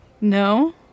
No